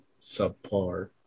subpar